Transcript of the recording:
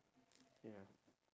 ya